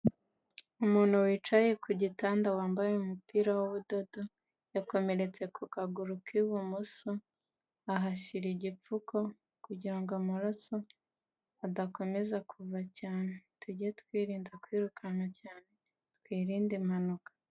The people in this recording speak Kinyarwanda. Umuntu wicaye ku gitanda wambaye umupira w'ubudodo, yakomeretse ku kaguru k'ibumoso, ahashyira igipfuko kugira ngo amaraso adakomeza kuva cyane. Tujye twirinda kwirukanka cyane, twirinde impanuka.